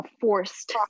forced